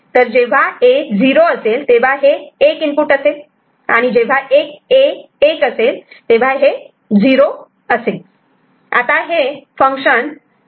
तर जेव्हा A 0 असेल तेव्हा हे एक इनपुट असेल आणि जेव्हा A 1 असेल तेव्हा हे इनपुट असेल